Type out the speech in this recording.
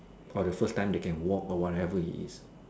or the first time they can walk or whatever it is